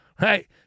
right